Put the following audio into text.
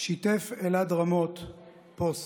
שיתף אלעד רמות פוסט.